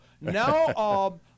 Now